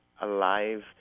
alive